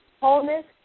wholeness